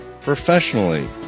professionally